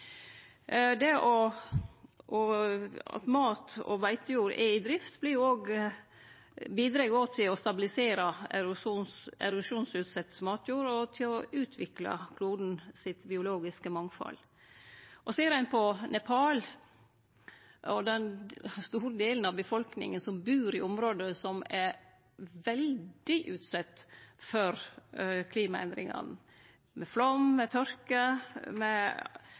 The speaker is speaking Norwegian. at mat- og beitejord er i drift, bidreg òg til å stabilisere erosjonsutsett matjord og til å utvikle det biologiske mangfaldet på kloden. Ser ein på Nepal, er det ein stor del av befolkninga som bur i område som er veldig utsette for klimaendringane, med flaum, med tørke og med